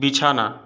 বিছানা